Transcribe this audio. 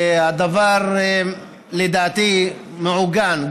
הדבר, לדעתי, מעוגן.